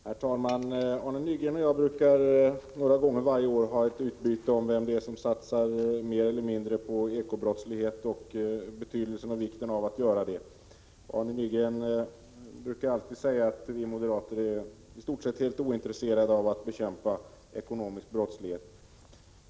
Herr talman! Arne Nygren och jag brukar några gånger varje år ha ett meningsutbyte om vem som satsar mer och vem som satsar mindre på bekämpningen av ekobrottsligheten och även om betydelsen av satsningar på detta område. Arne Nygren brukar säga att vi moderater i stort sett är helt ointresserade av att bekämpa ekonomisk brottslighet.